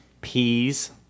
peas